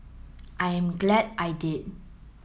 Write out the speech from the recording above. I am glad I did